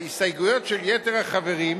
ההסתייגויות של יתר החברים,